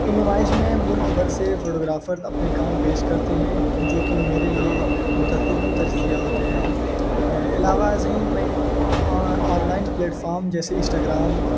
ان نمائش میں ملک بھر سے فوٹوگرافر اپنے کام پیش کرتے ہیں جو کہ میرے لیے ایک متاثر کن تجزیہ ہوتے ہیں علاوہ ازیں میں آن لائن پلیٹفارم جیسے انسٹاگرام